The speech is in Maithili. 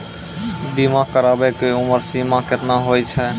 बीमा कराबै के उमर सीमा केतना होय छै?